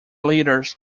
leaders